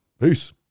Peace